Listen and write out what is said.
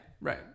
right